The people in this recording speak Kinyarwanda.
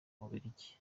bubiligi